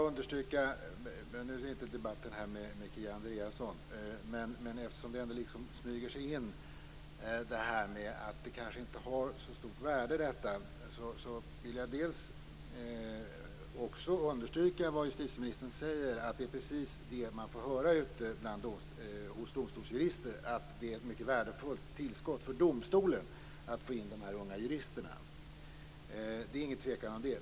Eftersom det smyger sig in att det kanske inte har så stort värde med unga jurister vill jag understryka det justitieministern sade, att det man får höra ute bland domstolsjuristerna är att det är ett mycket värdefullt tillskott för domstolen att få in unga jurister. Det är ingen tvekan om det.